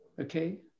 Okay